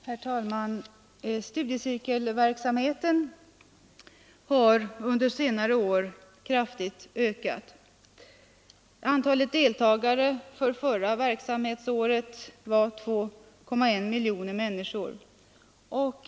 Herr talman! Studiecirkelverksamheten har under senare år kraftigt ökat. Antalet deltagare förra verksamhetsåret var 2,1 miljoner människor.